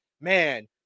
man